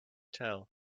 tell